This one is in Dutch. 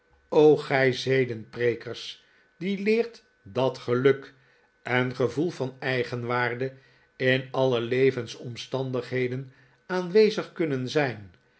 o gij zedenprekers die leert dat geluk en gevoel van eigenwaarde in alle levensomstandigheden aanwezig kunnen zijn